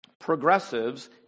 progressives